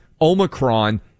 Omicron